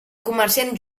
comerciant